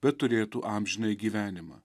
bet turėtų amžinąjį gyvenimą